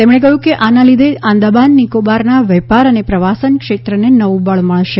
તેમણે કહ્યું કે આના લીધે આંદામાન નિકોબારના વેપાર અને પ્રવાસન ક્ષેત્રને નવું બળ મળશે